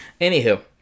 Anywho